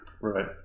Right